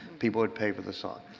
people would pay for the song.